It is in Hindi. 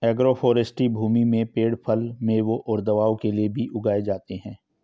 एग्रोफ़ोरेस्टी भूमि में पेड़ फल, मेवों और दवाओं के लिए भी उगाए जाते है